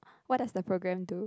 what does the program do